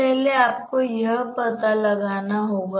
पहले आपको समझना होगा